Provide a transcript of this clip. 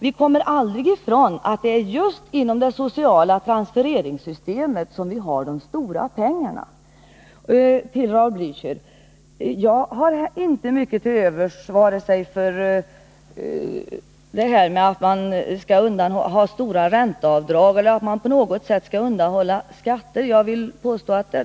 Vi kommer aldrig ifrån att det är just inom systemet för sociala transfereringar som vi har de stora pengarna. Till Raul Bläöcher: Jag har ingenting till övers vare sig för stora ränteavdrag eller undanhållande av skatter på något sätt.